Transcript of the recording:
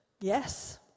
yes